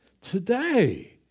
today